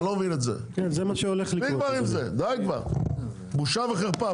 אני לא מבין את זה, די כבר, בושה וחרפה.